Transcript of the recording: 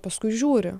paskui žiūri